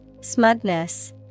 Smugness